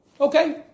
Okay